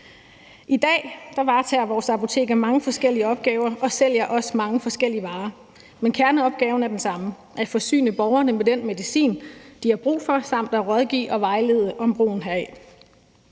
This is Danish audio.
I dag varetager vores apoteker mange forskellige opgaver og sælger også mange forskellige varer, men kerneopgaven er den samme, nemlig at forsyne borgerne med den medicin, de har brug for, samt at rådgive og vejlede om brugen heraf.